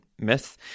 myth